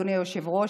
אדוני היושב-ראש.